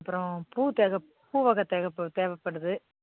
அப்புறம் பூ பூ வகை தேவைப்படுது